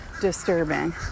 disturbing